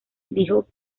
dijo